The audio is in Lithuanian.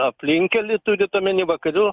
aplinkkelį turit omeny vakarių